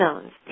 zones